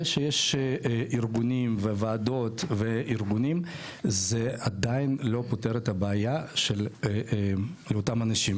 זה שיש ארגונים וועדות זה עדיין לא פותר את הבעיה לאותם אנשים.